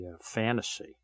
fantasy